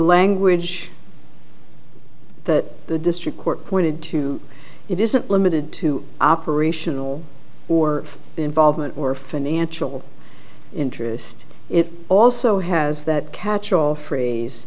language that the district court pointed to it isn't limited to operational or involvement or financial interest it also has that catchall